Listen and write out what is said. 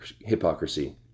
hypocrisy